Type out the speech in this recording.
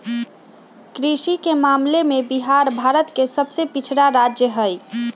कृषि के मामले में बिहार भारत के सबसे पिछड़ा राज्य हई